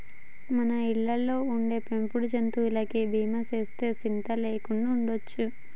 మన ఇళ్ళలో ఉండే పెంపుడు జంతువులకి బీమా సేస్తే సింత లేకుండా ఉండొచ్చు